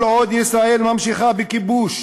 כל עוד ישראל ממשיכה בכיבוש